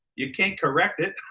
you can't correct it.